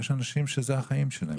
יש אנשים שזה החיים שלהם.